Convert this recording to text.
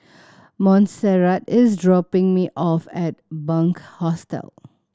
Monserrat is dropping me off at Bunc Hostel